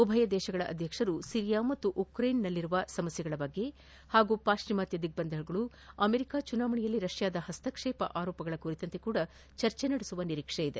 ಉಭಯ ರಾಷ್ಷಗಳ ಅಧ್ಯಕ್ಷರು ಸಿರಿಯಾ ಹಾಗೂ ಉಕ್ರೇನ್ನಲ್ಲಿನ ಸಮಸ್ಕೆಗಳ ಬಗ್ಗೆ ಹಾಗೂ ಪಾಶ್ಚಿಮಾತ್ಯ ದಿಗ್ಲಂಧನಗಳು ಅಮೆರಿಕಾ ಚುನಾವಣೆಯಲ್ಲಿ ರಷ್ಯಾದ ಹಸ್ತಕ್ಷೇಪ ಆರೋಪಗಳ ಕುರಿತಂತೆಯೂ ಚರ್ಚೆ ನಡೆಸುವ ನಿರೀಕ್ಷೆ ಇದೆ